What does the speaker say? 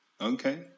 Okay